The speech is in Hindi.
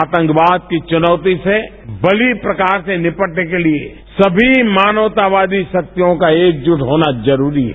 आतंकवाद की चुनौती से भली प्रकार से निपटने के लिए सभी मानवतावादी शक्तियों का एकजूट होना जरूरी है